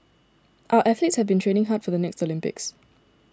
our athletes have been training hard for the next Olympics